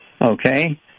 okay